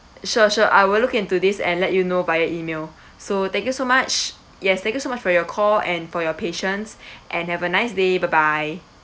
sure sure I will look into this and let you know via email so thank you so much yes thank you so much for your call and for your patience and have a nice day bye bye